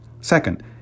Second